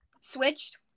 Switched